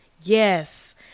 Yes